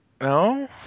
no